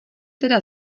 teda